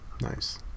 Nice